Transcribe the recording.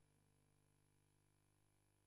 התשע"ב התשע"ב 2012,